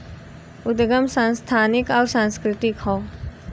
उदगम संस्थानिक अउर सांस्कृतिक हौ